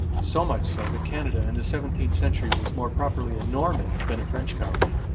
so much so that canada in the seventeenth century was more properly a norman than a french colony.